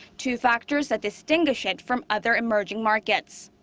two factors that distinguish it from other emerging markets.